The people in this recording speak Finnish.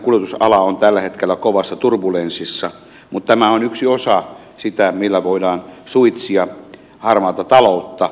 muutenkinhan kuljetusala on tällä hetkellä kovassa turbulenssissa mutta tämä on yksi osa sitä millä voidaan suitsia harmaata ta loutta